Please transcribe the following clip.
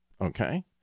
okay